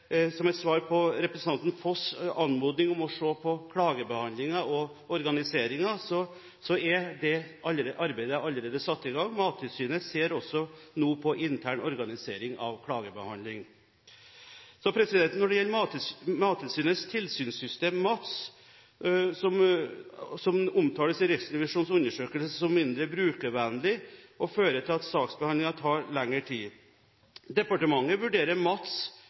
Som et svar på representanten Foss' anmodning om å se på klagebehandlingen og organiseringen, er det arbeidet allerede satt i gang. Mattilsynet ser nå også på intern organisering av klagebehandling. Mattilsynets tilsynssystem, MATS, omtales i Riksrevisjonens undersøkelse som mindre brukervennlig og fører til at saksbehandlingen tar lengre tid. Departementet vurderer MATS